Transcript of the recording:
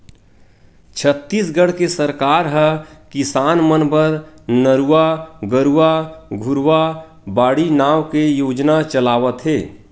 छत्तीसगढ़ के सरकार ह किसान मन बर नरूवा, गरूवा, घुरूवा, बाड़ी नांव के योजना चलावत हे